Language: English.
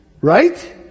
Right